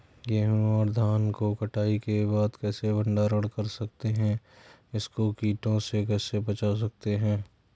गेहूँ और धान को कटाई के बाद कैसे भंडारण कर सकते हैं इसको कीटों से कैसे बचा सकते हैं?